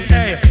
Hey